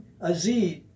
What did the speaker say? Aziz